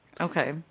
Okay